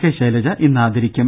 K Shailaja ഇന്ന് ആദരിക്കും